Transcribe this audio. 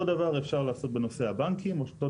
אותו דבר אפשר לעשות בנושא הבנקים או שאותו